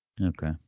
Okay